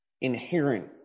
inherent